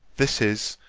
this is,